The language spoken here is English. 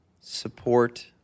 support